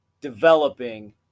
developing